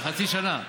זה חצי שנה.